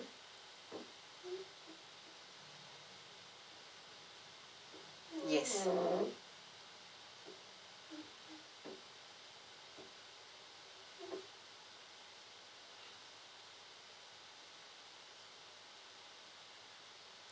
yes